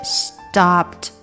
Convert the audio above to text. stopped